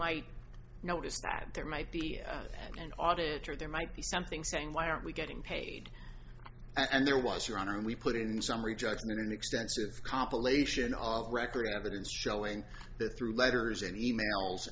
might notice that there might be an auditor there might be something saying why aren't we getting paid and there was your honor and we put in summary judgment an extensive compilation of record evidence showing that through letters and e mails